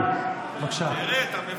נגד בועז טופורובסקי,